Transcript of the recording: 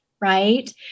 right